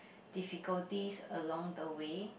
difficulties along the way